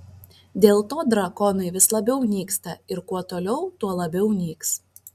dėl to drakonai vis labiau nyksta ir kuo toliau tuo labiau nyks